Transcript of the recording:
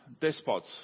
despots